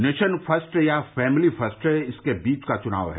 nation first या family first इसके बीच का चुनाव है